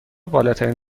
بالاترین